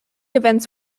events